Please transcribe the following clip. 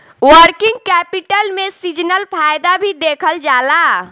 working capital में seasonal फायदा भी देखल जाला